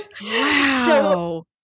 Wow